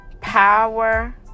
Power